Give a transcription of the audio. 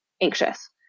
anxious